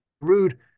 rude